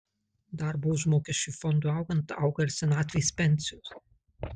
darbo užmokesčio fondui augant auga ir senatvės pensijos